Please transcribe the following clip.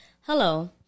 Hello